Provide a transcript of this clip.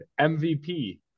MVP